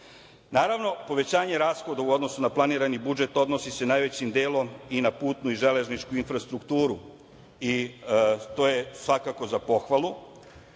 povećanje rashoda u odnosu na planirani budžet odnosi se najvećim delom i na putnu i železničku infrastrukturu i to je svakako za pohvalu.